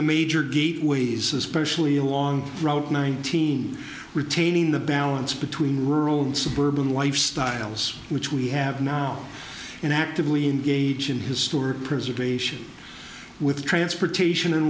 the major gateways especially along route nineteen retaining the balance between rural and suburban lifestyles which we have now and actively engage in his store preservation with transportation and